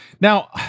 Now